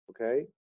Okay